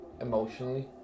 emotionally